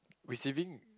receiving